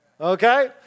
okay